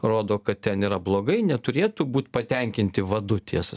rodo kad ten yra blogai neturėtų būt patenkinti vadu tiesą